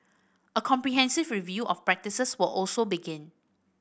a comprehensive review of practices will also begin